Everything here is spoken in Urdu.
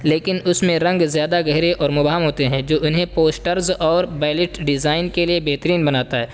لیکن اس میں رنگ زیادہ گہرے اور مبہم ہوتے ہیں جو انہیں پوسٹرز اور بیلٹ ڈیزائن کے لیے بہترین بناتا ہے